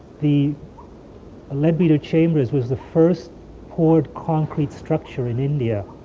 the leadbeater chambers was the first poured concrete structure in india.